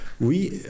Oui